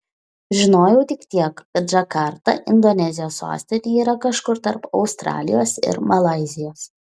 žinojau tik tiek kad džakarta indonezijos sostinė yra kažkur tarp australijos ir malaizijos